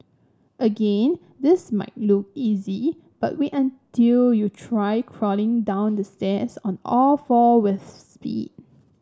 again this might look easy but wait until you try crawling down the stairs on all four with speed